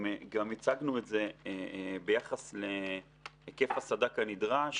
גם הצגנו את זה ביחס להיקף הסד"כ הנדרש,